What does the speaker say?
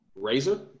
Razor